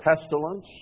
pestilence